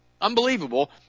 unbelievable